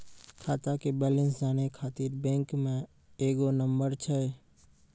खाता के बैलेंस जानै ख़ातिर बैंक मे एगो नंबर छै?